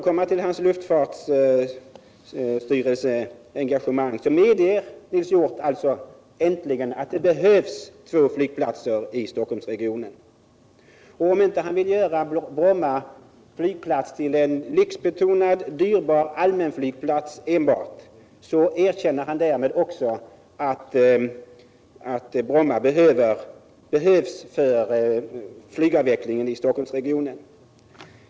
Nils Hjorth medger nu äntligen att det behövs två flygplatser i Stockholmsregionen. Om han inte vill göra Bromma flygplats till en dyrbar allmänflygplats erkänner han därmed också att Bromma behövs för flygutvecklingen i Stockholmsregionen.